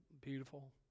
beautiful